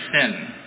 sin